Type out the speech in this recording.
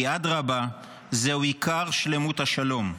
כי אדרבה, זהו עיקר שלמות השלום,